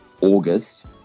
August